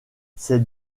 c’est